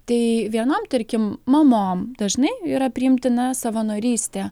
tai vienam tarkim mamom dažnai yra priimtina savanorystė